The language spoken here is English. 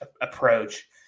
approach